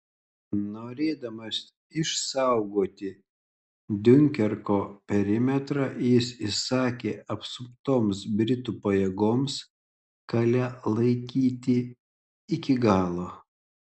norėdamas išsaugoti diunkerko perimetrą jis įsakė apsuptoms britų pajėgoms kalė laikyti iki galo